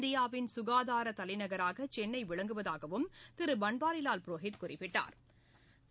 இந்தியாவின் சுகாதார தலைநகராக சென்னை விளங்குவதாகவும் திரு பன்வாரிவால் புரோஹித் குறிப்பிட்டாள்